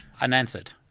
unanswered